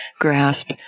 grasp